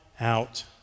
out